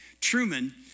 Truman